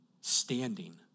standing